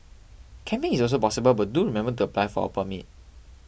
camping is also possible but do remember to apply for a permit